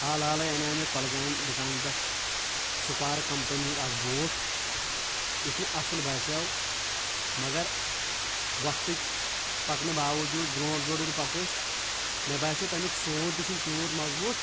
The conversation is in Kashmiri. حال حالٕے انیٛاے مےٚ کۅلگَامہِ دُکان پٮ۪ٹھ سُپارٕک کمپٔنی ہُنٛد اَکھ بوٗٹھ یُس مےٚ اَصٕل باسٮ۪و مگر وقتٕکۍ پکنہٕ باؤجوٗد برونٛٹھ برونٛٹھ ییٚلہِ پوٚکُس مےٚ باسٮ۪و تمیُک سول تہِ چھُنہٕ تیٛوٗت مظبوط